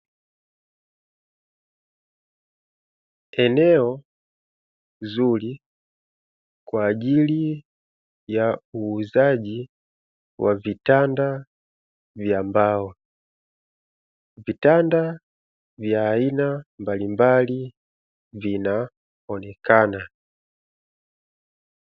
Eneo zuri kwa ajili ya uuzaji wa vitanda vya mbao, vitanda vya aina mbalimbali vinaonekana.